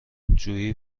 جویی